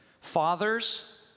fathers